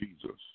Jesus